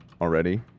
already